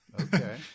Okay